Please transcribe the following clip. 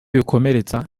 bikomeretsa